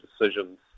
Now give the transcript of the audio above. decisions